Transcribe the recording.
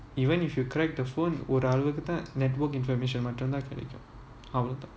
even if you correct the phone ஓரளவுக்கு தான்:oralavuku thaan network information மட்டும் தான் கிடைக்கும் அவ்ளோ தான்:mattum thaan kidaikum avlo thaan